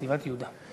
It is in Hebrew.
חטיבת יהודה.